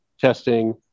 testing